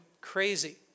crazy